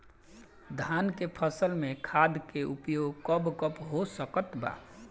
धान के फसल में खाद के उपयोग कब कब हो सकत बा?